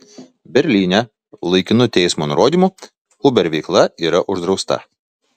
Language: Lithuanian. berlyne laikinu teismo nurodymu uber veikla yra uždrausta